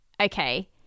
okay